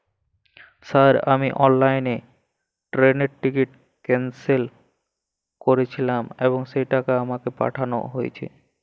Sir আমি অনলাইনে ট্রেনের টিকিট ক্যানসেল করেছিলাম এবং সেই টাকা আমাকে পাঠানো হয়েছে?